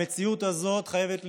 המציאות הזאת חייבת להשתנות,